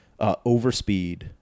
overspeed